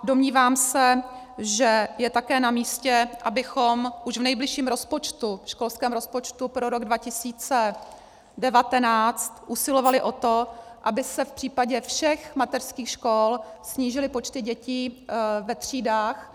Domnívám se, že je také namístě, abychom už v nejbližším školském rozpočtu pro rok 2019 usilovali o to, aby se v případě všech mateřských škol snížily počty děti ve třídách.